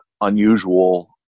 unusual